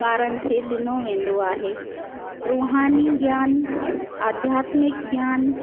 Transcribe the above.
ॿारनि खे ॾिनो वेंदो आहे रूहानी ज्ञानु आध्यात्मिक ज्ञानु